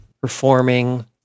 performing